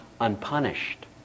unpunished